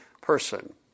person